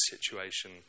situation